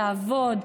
לעבוד,